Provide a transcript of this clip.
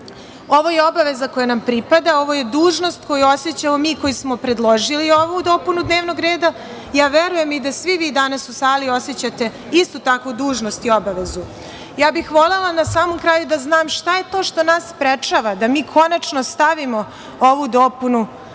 je obaveza koja nam pripada, ovo je dužnost koju osećamo mi koji smo predložili ovu dopunu dnevnog reda. Verujem i da svi vi danas u sali osećate istu takvu dužnost i obavezu. Volela bih, na samom kraju, da znam šta je to što nas sprečava da mi konačno stavimo ovu dopunu